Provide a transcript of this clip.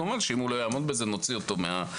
כמובן שאם הוא לא יעמוד בזה נוציא אותו מהאפליקציה.